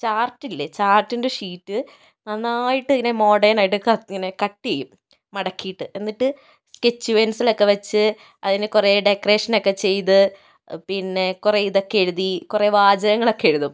ചാർട്ടില്ലേ ചാർട്ടിൻ്റെ ഷീറ്റ് നന്നായിട്ട് ഇങ്ങനെ മോഡേണായിട്ട് ഇങ്ങനെ കട്ട് ചെയ്യും മടക്കിയിട്ട് എന്നിട്ട് സ്കെച്ച് പെൻസിൽ ഒക്കെ വെച്ച് അതിനെ കുറേ ഡെക്കറേഷൻ ഒക്കെ ചെയ്ത് പിന്നെ കുറേ ഇതൊക്കെ എഴുതി കുറേ വാചകങ്ങളൊക്കെ എഴുതും